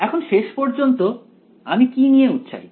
এখন শেষ পর্যন্ত আমি কি নিয়ে উৎসাহী